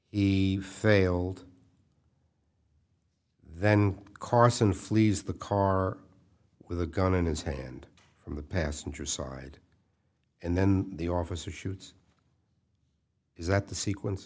he failed then carson flees the car with a gun in his hand from the passenger side and then the officer shoots is that the sequence